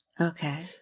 Okay